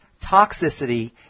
toxicity